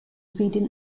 sweden